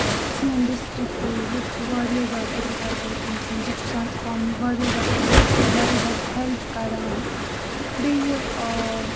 سٲنۍ ڈِسٹرکٕے ییٚتہِ چھُ واریاہ زیادٕ اٮ۪گرِکَلچرُک اِنفٕلنس اِکونمی واریاہ زیادٕ بوٗسٹ کران واریاہ زیادٕ واریاہ زیادٕ ہیلٕپ کران بیٚیہِ آ